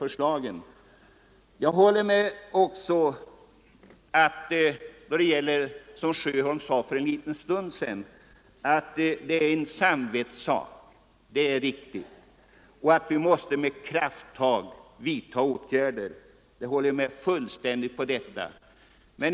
Det är riktigt som herr Sjöholm sade för en liten stund Nr 105 sedan att detta är en samvetssak och att vi måste ta krafttag på detta område Onsdagen den — jag håller fullständigt med om det.